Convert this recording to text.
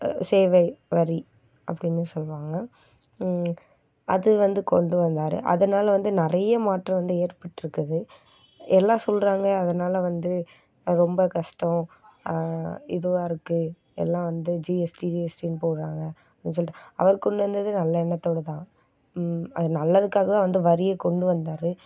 சேவை வரி அப்படின்னு சொல்லுவாங்க அது வந்து கொண்டு வந்தாரு அதனால் வந்து நிறைய மாற்றம் வந்து ஏற்பட்டுருக்குது எல்லாம் சொல்கிறாங்க அதனால் வந்து ரொம்ப கஷ்டம் இதுவாருக்கு எல்லாம் வந்து ஜிஎஸ்டி ஜிஎஸ்டின்னு போடுறாங்க அப்படின்னு சொல்லிட்டு அவர் கொண்டு வந்தது நல்ல எண்ணத்தோடய தான் அது நல்லதுக்காக தான் அந்த வரியை கொண்டு வந்தாரு